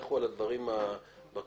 לכו על הדברים שבקונצנזוס,